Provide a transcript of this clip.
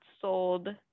sold